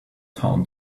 town